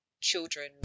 children